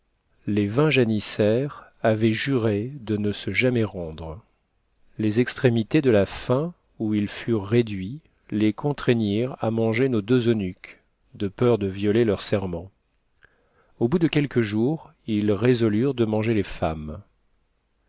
les vingt janissaires avaient juré de ne se jamais rendre les extrémités de la faim où ils furent réduits les contraignirent à manger nos deux eunuques de peur de violer leur serment au bout de quelques jours ils résolurent de manger les femmes